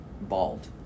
Bald